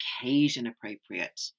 occasion-appropriate